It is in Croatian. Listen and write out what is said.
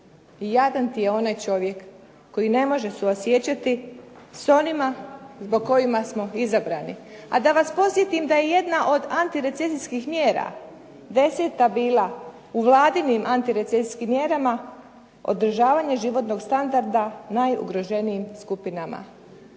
jadan ti je onaj čovjek koji ne može suosjećati s onima zbog kojih smo izabrani. A da vas podsjetim da je jedna od antirecesijskih mjera 10. bila u Vladinim antirecesijskim mjerama održavanje životnog standarda najugroženijim skupinama